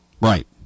Right